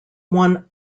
one